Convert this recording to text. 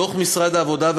דוח משרד העבודה,